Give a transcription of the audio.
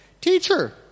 teacher